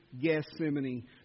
Gethsemane